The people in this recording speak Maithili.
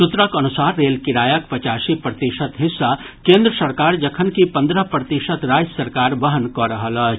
सूत्रक अनुसार रेल किरायाक पचासी प्रतिशत हिस्सा केन्द्र सरकार जखनकि पंद्रह प्रतिशत राज्य सरकार वहन कऽ रहल अछि